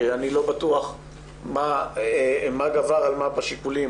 אני לא בטוח מה גבר על מה בשיקולים,